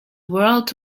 world